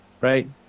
right